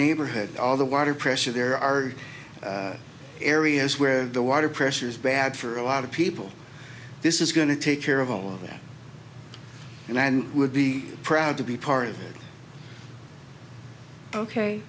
neighborhood all the water pressure there are areas where the water pressure is bad for a lot of people this is going to take care of all of that and i would be proud to be part o